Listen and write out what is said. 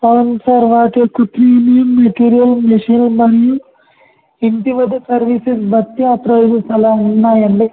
అవును సార్ వాటి యొక్క ప్రీమియం మెటీరియల్ మిషన్ మరియు ఇంటివద్ద సర్వీసెస్ బట్టి అ ప్రైసెస్ అలా ఉన్నాయండి